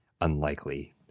unlikely